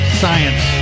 science